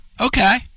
Okay